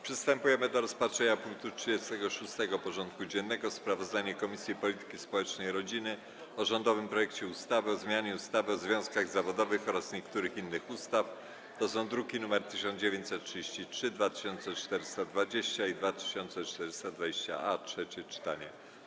Przystępujemy do rozpatrzenia punktu 36. porządku dziennego: Sprawozdanie Komisji Polityki Społecznej i Rodziny o rządowym projekcie ustawy o zmianie ustawy o związkach zawodowych oraz niektórych innych ustaw (druki nr 1933, 2420 i 2420-A) - trzecie czytanie.